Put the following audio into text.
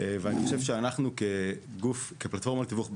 אני חושב שאנחנו, כפלטפורמת תיווך באשראי,